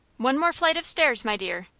one more flight of stairs, my dear,